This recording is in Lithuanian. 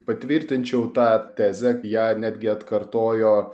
patvirtinčiau tą tezę ją netgi atkartojo